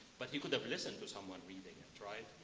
but he could have listened to someone reading it,